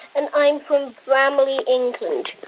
and i'm from bramley, england.